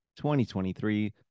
2023